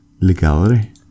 legality